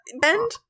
Bend